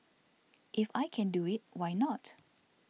if I can do it why not